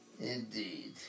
Indeed